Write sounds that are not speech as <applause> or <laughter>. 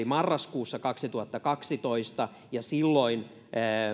<unintelligible> marraskuussa kaksituhattakaksitoista ja silloin